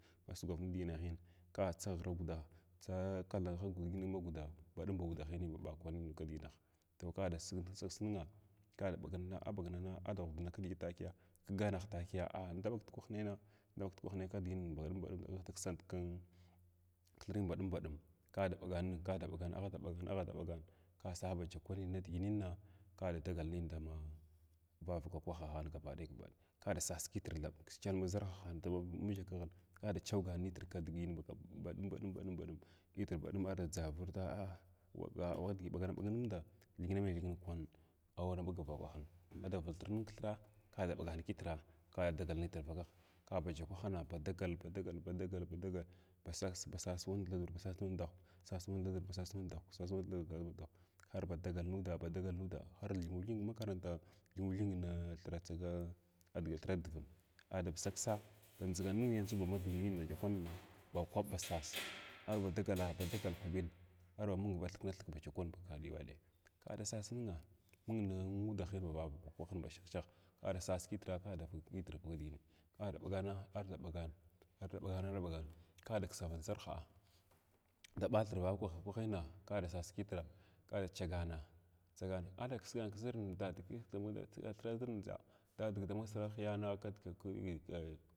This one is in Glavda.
Asugwn ning kzliginahin ka tsaghra guda tsaa kathagaa digin haguda bdum ba udahin wuɓa kwan kidiginah kada tsar adasigsig ningha kada aɓagan ɓagnana aɓagnana ada ghudna kidigit takiya kganah takiya indaɓag dukrah nay indaɓa nudkwah nai kidiʒinin baɗum baɗum indaksant kan kthrin baɗum baɗum kada ɓagan narga kada bagan ningha aghda ɓagan aghda ɓagh kasa biyavanann nidiginina kada dagal nin dama vavaka kwahahin gabalaɗaya kada sas kitr thab kikyəlmaha ʒarha da mangyəl kskighin ka da changan nitr kidigin baɗumma baɗum baɗum baɗum kitr baɗum kada ardʒavit a wadiʒi ɓaga ɓag numda digina maigidin kwan awr ɓagavin vakwahin ada vultir ningha kthira anda ɓagan nitr kada dagal nutr vakagh kaba takwahna kuba dagal badagal badagal badagal ba sas basas thakadar basas wan dahuk basas wun thadur sas wan dahwka sas wan thadur sas wun dahuk kar ba dagal nuda dagla nuda arhyungu hyəng makaranta hyəngu hyəng nasarta tsaga thra dga thir dvum ada baksa ksa badʒigan yanʒu haduniyin bagya kwaninma ba kwab bas sas agwaya dagala ba dagala kwaɓi arba mung ba thina thik thrab ba gabakiɗaya kada sas tinga mung nuda hun bavavaka kwahin ba shah shah shah lada sas kitr kada vulvutr nitr kidiginin kada ɓagan arba ɓagana arda ɓagan arɓagan kada kisavant ʒarha da ɓathir vavaka kwahna kada sas kitr kada chana tsagana ada kisgan kaʒirna dada min dama thira ndʒiɗa dadig dama sarahiya kudga ka.